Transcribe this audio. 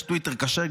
יש גם טוויטר כשר,